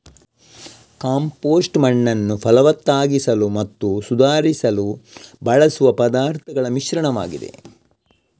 compost ಮಣ್ಣನ್ನು ಫಲವತ್ತಾಗಿಸಲು ಮತ್ತು ಸುಧಾರಿಸಲು ಬಳಸುವ ಪದಾರ್ಥಗಳ ಮಿಶ್ರಣವಾಗಿದೆ